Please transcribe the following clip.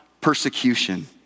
persecution